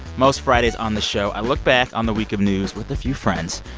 most fridays on the show, i look back on the week of news with a few friends.